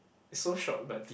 it's so short but deep